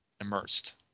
immersed